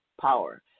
power